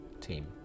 team